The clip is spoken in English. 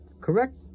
correct